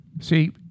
See